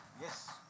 Yes